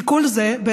כי כל זה,